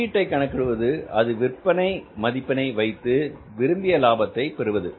வெளியீட்டை கணக்கிடுவது அது விற்பனை மதிப்பினை வைத்து விரும்பிய லாபத்தை பெறுவது